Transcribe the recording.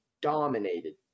dominated